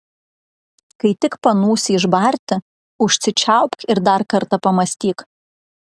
kai tik panūsi išbarti užsičiaupk ir dar kartą pamąstyk